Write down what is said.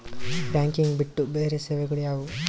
Banking ಬಿಟ್ಟು ಬೇರೆ ಸೇವೆಗಳು ಯಾವುವು?